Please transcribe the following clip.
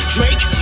Drake